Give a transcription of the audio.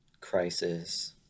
crisis